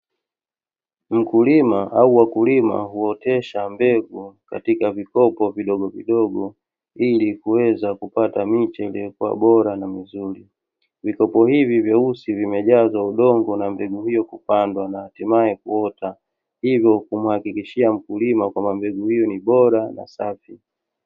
Mkulima au wakulima huotesha mbegu katika vikopo vidogo vidogo ilikuweza kupata miche iliekuwa bora na mizuri, vikopo hivi vyeusi vimejazwa udongo na mbegu hio kupandwa na hatimae kuota hivyo kumuhakikishia mkulima kwamba mbegu hio ni bora na safi.